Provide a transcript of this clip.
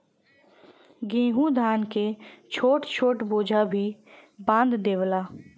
गेंहू धान के छोट छोट बोझा भी बांध देवला